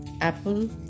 apple